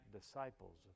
disciples